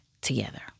together